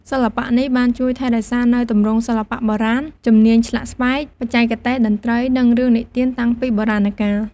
សិល្បៈនេះបានជួយថែរក្សានូវទម្រង់សិល្បៈបុរាណ ជំនាញឆ្លាក់ស្បែក បច្ចេកទេសតន្ត្រី និងរឿងនិទានតាំងពីបុរាណកាល។